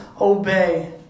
obey